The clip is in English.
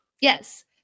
yes